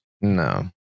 No